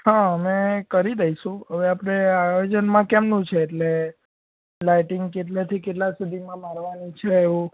હ અમે કરી દઇશું હવે આપડે આયોજનમાં કેમનું છે એટલે લાઇટિંગ કેટલે થી કેટલા સુધીમાં મારવાની છે એવું